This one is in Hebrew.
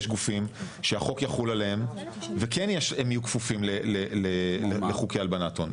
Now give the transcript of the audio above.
גופים שהחוק יחול עליהם וכן הם יהיו כפופים לחוקי הלבנת הון,